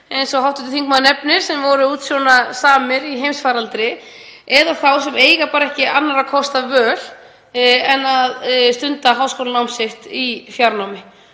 eins og hv. þingmaður nefnir, sem voru útsjónarsamir í heimsfaraldri, eða þá sem eiga ekki annarra kosta völ en að stunda háskólanám sitt í fjarnámi.